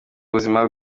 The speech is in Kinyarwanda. ubuzima